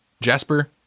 Jasper